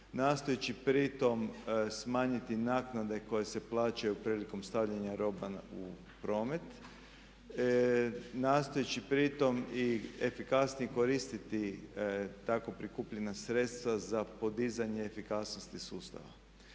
nastojeći pritom smanjiti naknade koje se plaćaju prilikom stavljanja robe u promet. Nastojeći i pritom i efikasnije koristiti tako prikupljena sredstva za podizanje efikasnosti sustava.